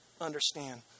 understand